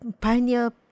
pioneer